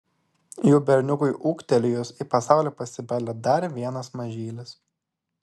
jų berniukui ūgtelėjus į pasaulį pasibeldė dar vienas mažylis